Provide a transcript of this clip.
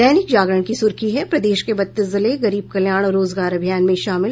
दैनिक जागरण की सुर्खी है प्रदेश के बत्तीस जिले गरीब कल्याण रोजगार अभियान में शामिल